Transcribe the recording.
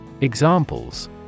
Examples